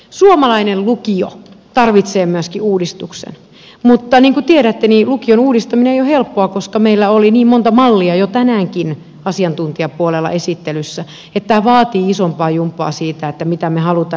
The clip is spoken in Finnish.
suomalainen lukio tarvitsee myöskin uudistuksen mutta niin kuin tiedätte niin lukion uudistaminen ei ole helppoa koska meillä oli niin monta mallia jo tänäänkin asiantuntijapuolella esittelyssä että tämä vaatii isompaa jumppaa siitä mitä me haluamme